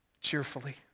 cheerfully